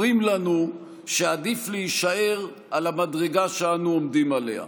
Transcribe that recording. אומרים לנו שעדיף להישאר על המדרגה שאנו עומדים עליה.